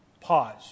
pause